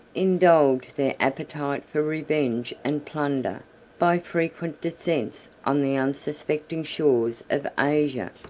indulged their appetite for revenge and plunder by frequent descents on the unsuspecting shores of asia,